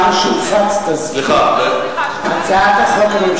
שמורה לי הזכות לקריאות ביניים